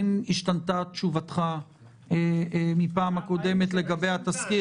אם השתנתה תשובתך מהפעם הקודמת לגבי התזכיר,